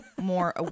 more